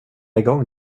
igång